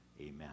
Amen